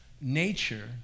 nature